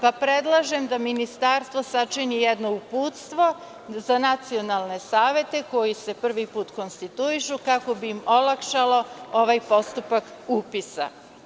Predlažem da ministarstvo sačini jedno uputstvo za nacionalne savete koji se prvi put konstituišu, kako bi im olakšao ovaj postupak upisa.